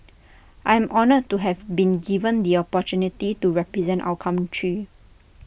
I am honoured to have been given the opportunity to represent our country